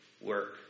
work